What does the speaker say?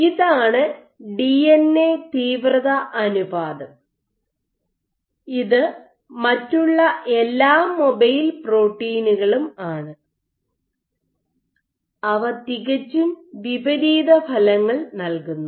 ഇതാണ് ഡിഎൻഎ തീവ്രത അനുപാതം ഇത് മറ്റുള്ള എല്ലാ മൊബൈൽ പ്രോട്ടീനുകളും ആണ് അവ തികച്ചും വിപരീത ഫലങ്ങൾ നൽകുന്നു